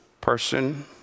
person